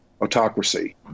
autocracy